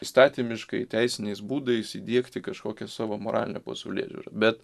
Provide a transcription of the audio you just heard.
įstatymiškai teisiniais būdais įdiegti kažkokią savo moralinę pasaulėžiūrą bet